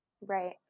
right